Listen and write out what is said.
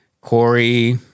Corey